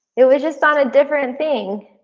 it was just on a different thing.